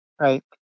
right